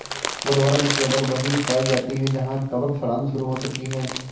woodworm केवल वहीं पाई जाती है जहां कवक सड़ांध शुरू हो चुकी है